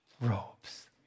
robes